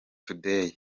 today